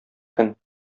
көн